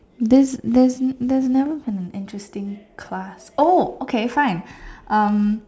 there's there's there was never a interesting class oh okay fine um